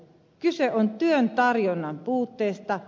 kyse on työn tarjonnan puutteesta